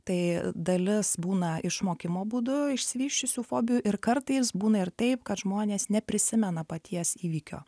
tai dalis būna išmokimo būdu išsivysčiusių hobių ir kartais būna ir taip kad žmonės neprisimena paties įvykio